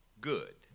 good